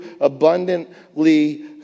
abundantly